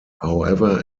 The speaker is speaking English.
however